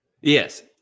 Yes